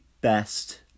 best